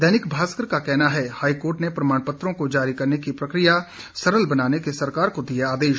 दैनिक भास्कर का कहना है हाईकोर्ट ने प्रमाण पत्रों को जारी करने की प्रकिया सरल बनाने के सरकार को दिए आदेश